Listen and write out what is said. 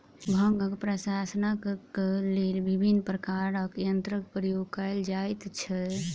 भांगक प्रसंस्करणक लेल विभिन्न प्रकारक यंत्रक प्रयोग कयल जाइत छै